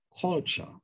Culture